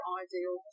ideal